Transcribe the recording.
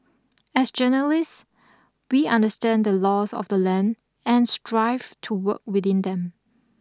as journalists we understand the laws of the land and strive to work within them